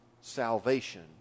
salvation